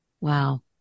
Wow